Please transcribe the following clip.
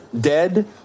dead